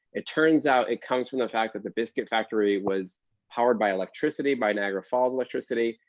it turns out, it comes from the fact that the biscuit factory was powered by electricity, by niagara falls electricity.